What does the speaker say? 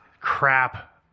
Crap